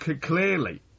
clearly